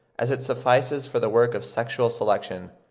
as it suffices for the work of sexual selection.